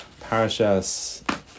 Parashas